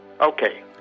Okay